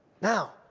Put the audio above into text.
Now